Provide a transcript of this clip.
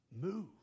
Move